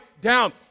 down